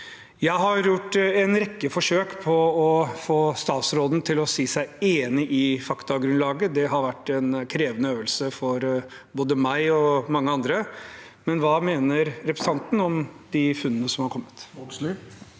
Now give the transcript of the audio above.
Jeg har gjort en rekke forsøk på å få statsråden til å si seg enig i faktagrunnlaget. Det har vært en krevende øvelse for både meg og mange andre. Men hva mener representanten om de funnene som har kommet?